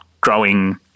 growing